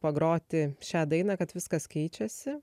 pagroti šią dainą kad viskas keičiasi